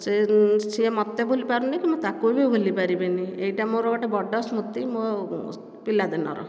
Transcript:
ସେ ମୋତେ ଭୁଲିପାରୁନି କି ମୁଁ ତାକୁ ଭି ଭୁଲି ପାରିବିନି ଏଇଟା ମୋର ଗୋଟିଏ ବଡ଼ ସ୍ମୃତି ମୋ ପିଲାଦିନର